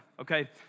okay